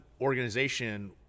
organization